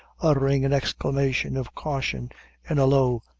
uttering an exclamation of caution in a low,